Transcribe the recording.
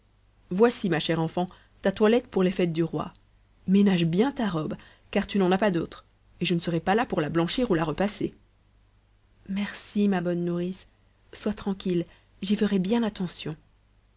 voici ma chère enfant ta toilette pour les fêtes du roi ménage bien ta robe car tu n'en as pas d'autre et je ne serai pas là pour la blanchir ou la repasser merci ma bonne nourrice sois tranquille j'y ferai bien attention